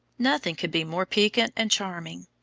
nothing could be more piquant and charming.